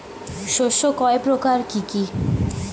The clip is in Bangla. শস্য কয় প্রকার কি কি?